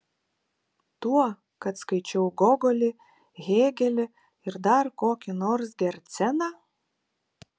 tuo kad skaičiau gogolį hėgelį ir dar kokį nors gerceną